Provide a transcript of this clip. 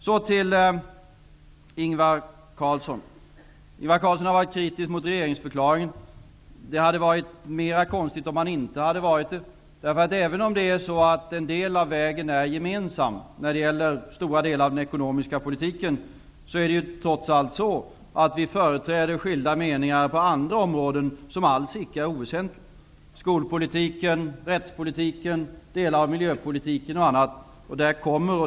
Så till Ingvar Carlsson. Han har varit kritisk mot regeringsförklaringen. Det hade varit mera konstigt, om han inte hade varit det. Även om vägen är gemensam när det gäller stora delar av den ekonomiska politiken, företräder vi trots allt skilda meningar på andra områden, som alls icke är oväsentliga: skolpolitiken, rättspolitiken, delar av miljöpolitiken och annat.